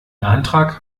antrag